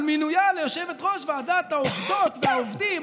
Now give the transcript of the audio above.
מינויה ליושבת-ראש ועדת העובדות והעובדים,